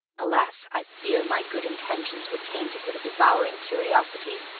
alas! i fear my good intentions were tainted with a devouring curiosity,